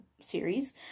series